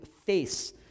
face